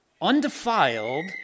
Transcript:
undefiled